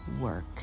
work